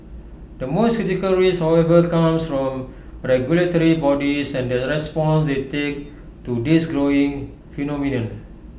the most critical risk however comes from regulatory bodies and the response they take to this growing phenomenon